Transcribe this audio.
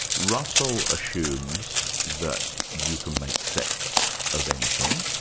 russell assumes that you can make sets of anything,